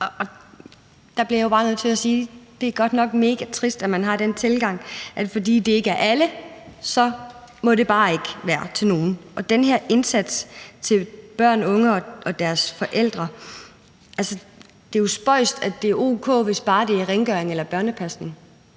Der bliver jeg bare nødt til at sige, at det godt nok er megatrist, at man har den tilgang, at fordi det ikke er til alle, så må det bare ikke være til nogen. Det er jo spøjst, at det er o.k., hvis bare det er rengøring eller børnepasning.